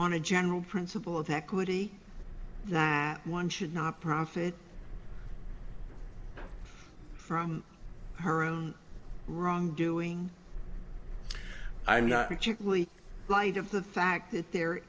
on a general principle of equity that one should not profit from her own wrongdoing i am not particularly light of the fact that there